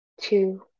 two